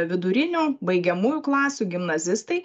vidurinių baigiamųjų klasių gimnazistai